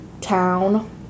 town